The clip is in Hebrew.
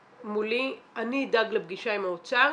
מולי, אני אדאג לפגישה עם האוצר